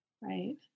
Right